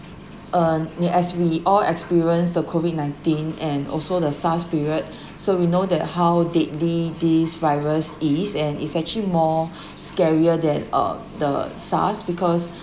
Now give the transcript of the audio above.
um as we all experience the COVID nineteen and also the SARS period so we know that how deadly this virus is and it's actually more scarier than uh the SARS because